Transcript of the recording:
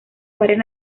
varias